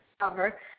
cover